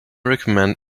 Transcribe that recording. recommend